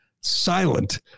silent